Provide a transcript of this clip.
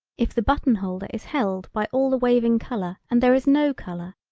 if the button holder is held by all the waving color and there is no color,